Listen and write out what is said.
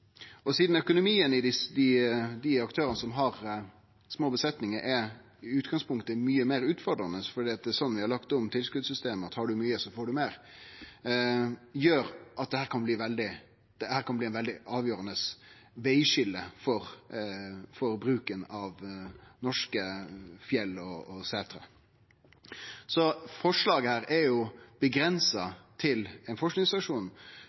aktørane som har små besetningar, i utgangspunktet er mykje meir utfordrande fordi vi har lagt om tilskotssystemet – har du mykje, får du meir – kan dette bli eit veldig avgjerande vegskilje for bruken av norske fjell og setrar. Forslaget her er